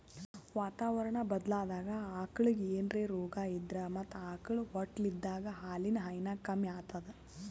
ವಾತಾವರಣಾ ಬದ್ಲಾದಾಗ್ ಆಕಳಿಗ್ ಏನ್ರೆ ರೋಗಾ ಇದ್ರ ಮತ್ತ್ ಆಕಳ್ ಹೊಟ್ಟಲಿದ್ದಾಗ ಹಾಲಿನ್ ಹೈನಾ ಕಮ್ಮಿ ಆತದ್